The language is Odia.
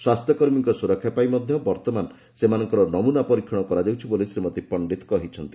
ସ୍ୱାସ୍ଥ୍ୟକର୍ମୀଙ୍କ ସୁରକ୍ଷା ପାଇଁ ମଧ୍ଧ ବର୍ଉମାନ ସେମାନଙ୍କର ନମୁନା ପରୀକ୍ଷଣ କରାଯାଉଛି ବୋଲି ଶ୍ରୀମତୀ ପଣ୍ଡିତ କହିଛନ୍ତି